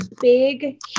big